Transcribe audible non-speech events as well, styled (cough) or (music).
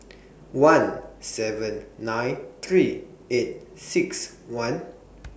(noise) one seven nine three eight six one (noise)